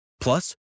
Plus